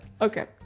okay